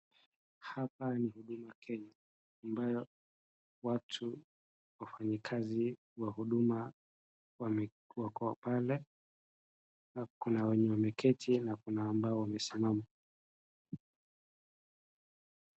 Hapa ni Huduma Kenya ambayo watu wafanyikazi wa huduma wako pale. Kuna wenye wameketi na kuna ambao wamesimama.